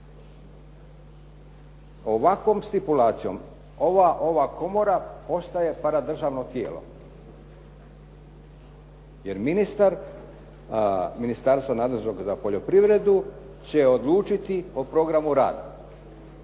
Ovakvom stipulacijom ova komora postaje paradržavno tijelo, jer ministar, Ministarstvo nadležno za poljoprivredu će odlučiti o programu rada,